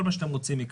כל מה שאתם רוצים.